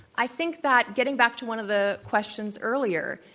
i think that getting back to one of the questions earlier,